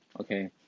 Okay